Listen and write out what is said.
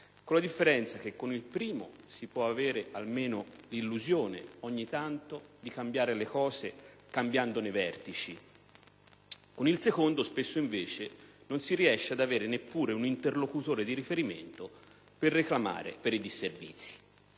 con la differenza che con il primo si può avere almeno l'illusione, ogni tanto, di cambiare le cose cambiandone i vertici; con il secondo tipo di monopolio, invece, spesso non si riesce neppure ad avere un interlocutore di riferimento per reclamare per i disservizi.